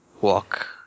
walk